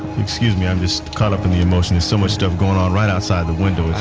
excuse me, i'm just caught up in the emotion. there's so much stuff going on right outside the window.